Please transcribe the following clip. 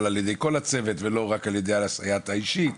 על ידי כל הצוות ולא רק על ידי הסייעת האישית,